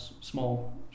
small